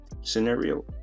scenario